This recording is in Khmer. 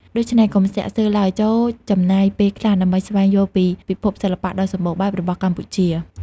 ដូច្នេះ កុំស្ទាក់ស្ទើរឡើយ ចូរចំណាយពេលខ្លះដើម្បីស្វែងយល់ពីពិភពសិល្បៈដ៏សម្បូរបែបរបស់កម្ពុជា។